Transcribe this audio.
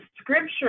scripture